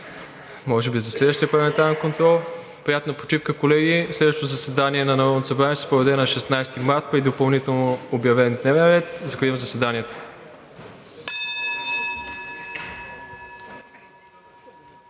може би за следващия парламентарен контрол. Приятна почивка, колеги. Следващото заседание на Народното събрание ще се проведе на 16 март 2022 г. при допълнително обявен дневен ред. Закривам заседанието.